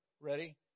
ready